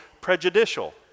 prejudicial